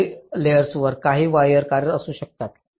खाली लेयर्सांवर काही वायर्स कार्यरत असू शकतात